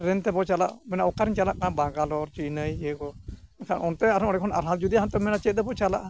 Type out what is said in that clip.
train ᱛᱮᱵᱚᱱ ᱪᱟᱞᱟᱜ ᱢᱮᱱᱟᱹᱧ ᱚᱠᱟᱧ ᱪᱟᱞᱟᱜ ᱠᱟᱱᱟ ᱵᱮᱝᱜᱟᱞᱳᱨ ᱪᱮᱱᱱᱟᱭ ᱤᱭᱟᱹ ᱠᱚ ᱢᱮᱱᱠᱷᱟᱱ ᱚᱱᱛᱮ ᱟᱨᱦᱚᱸ ᱚᱸᱰᱮ ᱠᱷᱚᱱ ᱡᱩᱫᱤ ᱦᱟᱱᱛᱮᱢ ᱢᱮᱱᱟ ᱪᱮᱫ ᱛᱮᱵᱚᱱ ᱪᱟᱞᱟᱜᱼᱟ